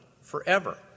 forever